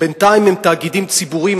בינתיים הם תאגידים ציבוריים,